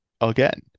again